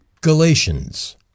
Galatians